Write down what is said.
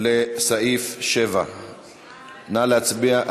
לסעיף 7. נא להצביע.